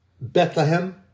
Bethlehem